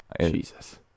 Jesus